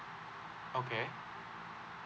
okay